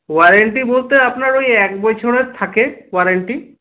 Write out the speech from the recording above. warranty বলতে আপনার ওই এক বছরের থাকে ওয়ারেন্টি